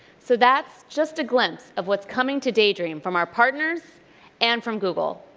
so, that's just a glimpse of what's coming to daydream from our partners and from google.